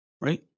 Right